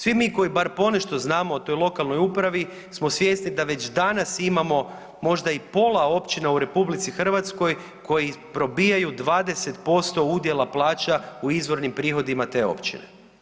Svi mi koji bar ponešto znamo o toj lokalnoj upravi smo svjesni da već danas imamo možda i pola općina u RH koji probijaju 20% udjela plaća u izvornim prihodima te općine.